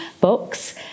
books